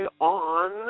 on